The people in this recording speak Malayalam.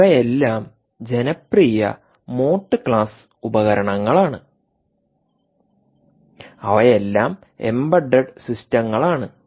ഇവയെല്ലാം ജനപ്രിയ മോട്ട് ക്ലാസ് ഉപകരണങ്ങളാണ് അവയെല്ലാം എംബഡഡ് സിസ്റ്റങ്ങൾ ആണ്